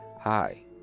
hi